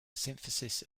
synthesis